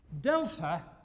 delta